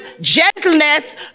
gentleness